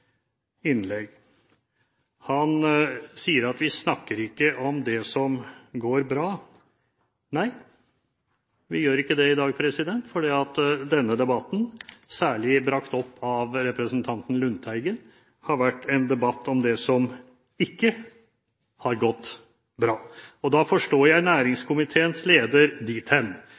Han sier at vi ikke snakker om det som går bra. Nei, vi gjør ikke det i dag, for denne debatten – særlig brakt opp av representanten Lundteigen – har vært en debatt om det som ikke har gått bra. Da forstår jeg næringskomiteens leder dit hen